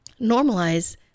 normalize